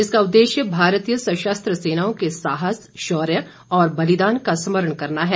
इसका उद्देश्य भारतीय सशस्त्र सेनाओं के साहस शौर्य और बलिदान का स्मरण करना है